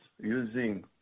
using